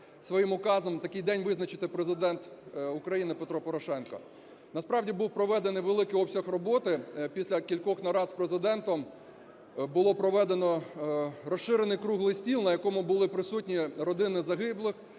своїм указом такий день визначити Президент України Петро Порошенко. Насправді був проведений великий обсяг роботи. Після кількох нарад з Президентом було проведено розширений круглий стіл, на якому були присутні родини загиблих,